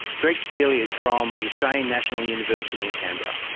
greg fealy is from the australian national university in canberra.